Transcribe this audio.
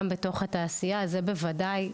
גם בתוך התעשייה זה בוודאי,